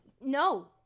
no